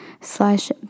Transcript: slash